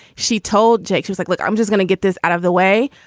she told jake's was like, look, i'm just gonna get this out of the way.